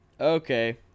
Okay